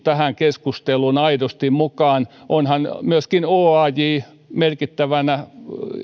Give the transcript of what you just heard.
tähän keskusteluun aidosti mukaan onhan myöskin oaj merkittävänä